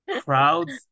crowds